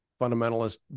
fundamentalist